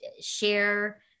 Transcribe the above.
share